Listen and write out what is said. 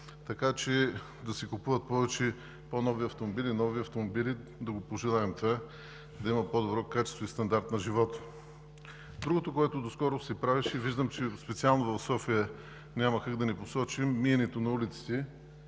така че да се купуват повече и по-нови автомобили – да пожелаем това, да има по-добро качество и стандарт на живот! Другото, което доскоро се правеше – специално в София няма как да не го посочим – миенето на улиците.